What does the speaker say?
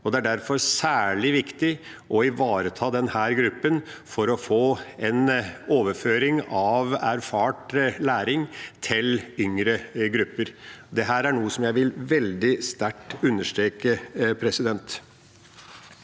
Det er derfor særlig viktig å ivareta denne gruppen for å få en overføring av erfart læring til yngre grupper. Dette er noe jeg vil understreke veldig